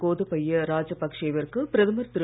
கோதபைய ராஜபக்சே விற்கு பிரதமர் திரு